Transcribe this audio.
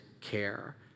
care